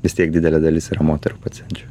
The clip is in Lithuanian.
vis tiek didelė dalis yra moterų pacienčių